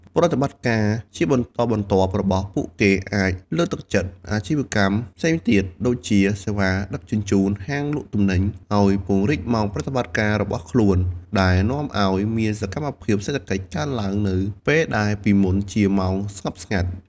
ប្រតិបត្តិការជាបន្តបន្ទាប់របស់ពួកគេអាចលើកទឹកចិត្តអាជីវកម្មផ្សេងទៀត (ដូចជាសេវាដឹកជញ្ជូន ហាងលក់ទំនិញ) ឱ្យពង្រីកម៉ោងប្រតិបត្តិការរបស់ខ្លួន ដែលនាំឱ្យមានសកម្មភាពសេដ្ឋកិច្ចកើនឡើងនៅពេលដែលពីមុនជាម៉ោងស្ងប់ស្ងាត់។